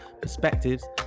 perspectives